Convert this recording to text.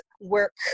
work